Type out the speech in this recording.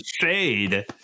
shade